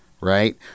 Right